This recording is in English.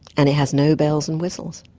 and it has no bells and whistles.